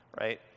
Right